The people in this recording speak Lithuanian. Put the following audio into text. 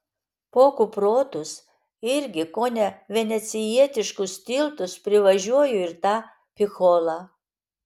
po kuprotus irgi kone venecijietiškus tiltus privažiuoju ir tą picholą